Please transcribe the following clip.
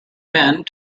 bend